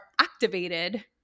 activated